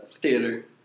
Theater